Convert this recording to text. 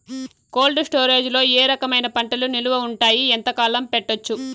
Cold storage లో ఏ రకమైన పంటలు నిలువ ఉంటాయి, ఎంతకాలం పెట్టొచ్చు?